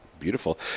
Beautiful